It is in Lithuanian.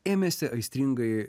ėmėsi aistringai